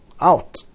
Out